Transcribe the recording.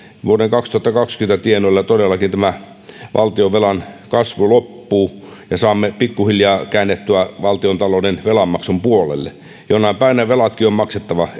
vuoden kaksituhattakaksikymmentä tienoilla todellakin valtionvelan kasvu loppuu ja saamme pikkuhiljaa käännettyä valtiontalouden velanmaksun puolelle jonain päivänä velatkin on maksettava